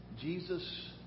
Jesus